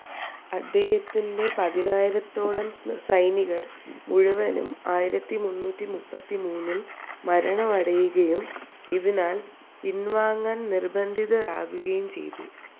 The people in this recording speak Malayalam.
അദ്ദേഹത്തിന്റെ പതിനായിരത്തോളം സൈനികര് മുഴുവനും ആയിരത്തി മുന്നൂറ്റി മുപ്പത്തി മൂന്നിൽ മരണമടയുകയും ഇതിനാൽ പിൻവാങ്ങാൻ നിർബന്ധിതരാകുകയും ചെയ്തു